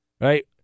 right